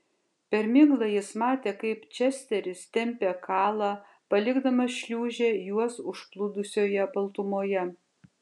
per miglą jis matė kaip česteris tempia kalą palikdamas šliūžę juos užplūdusioje baltumoje